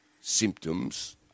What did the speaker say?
symptoms